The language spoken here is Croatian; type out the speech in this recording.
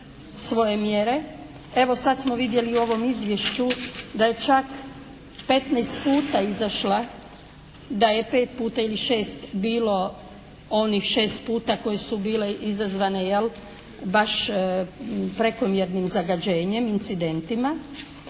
svoje mjere. Evo sad smo vidjeli i u ovom izvješću da je čak 15 puta izašla, da je 5 puta ili 6 bilo onih 6 puta koje su bile izazvane jel' baš prekomjernim zagađenjem incidentima,